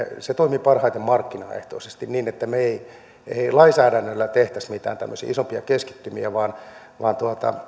se toimii parhaiten markkinaehtoisesti niin että me emme lainsäädännöllä tekisi mitään tämmöisiä keskittymiä